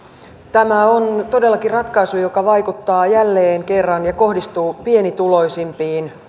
tämä on todellakin ratkaisu joka vaikuttaa ja kohdistuu jälleen kerran pienituloisimpiin